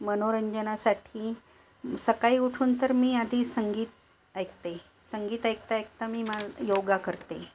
मनोरंजनासाठी सकाळी उठून तर मी आधी संगीत ऐकते संगीत ऐकता ऐकता मी मा योगा करते